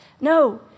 No